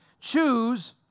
Choose